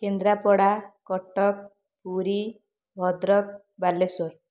Kendrapara Cuttack Puri Bhadrak Balasore